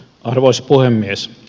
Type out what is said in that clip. arvoisa puhemies